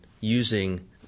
using